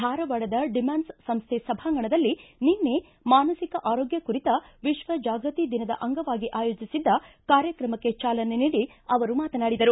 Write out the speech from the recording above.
ಧಾರವಾಡದ ಡಿಮ್ಕಾನ್ಸ್ ಸಂಸ್ಕೆ ಸಭಾಂಗಣದಲ್ಲಿ ನಿನ್ನೆ ಮಾನಸಿಕ ಆರೋಗ್ಯ ಕುರಿತ ವಿಶ್ವ ಜಾಗೃತಿ ದಿನದ ಅಂಗವಾಗಿ ಆಯೋಜಿಸಿದ್ದ ಕಾರ್ಯಕ್ರಮಕ್ಕೆ ಚಾಲನೆ ನೀಡಿ ಅವರು ಮಾತನಾಡಿದರು